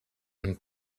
and